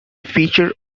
feature